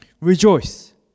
Rejoice